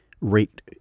rate